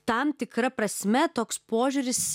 tam tikra prasme toks požiūris